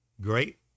great